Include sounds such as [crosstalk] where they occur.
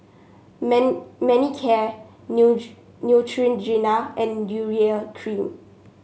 Man Manicare [unintelligible] Neutrogena and Urea Cream